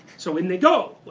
so in they go.